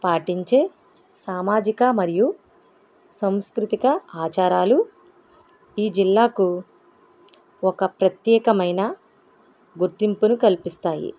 పాటించే సామాజిక మరియు సాంస్కృతిక ఆచారాలు ఈ జిల్లాకు ఒక ప్రత్యేకమైన గుర్తింపును కల్పిస్తాయి